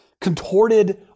contorted